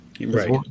Right